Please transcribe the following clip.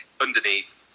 underneath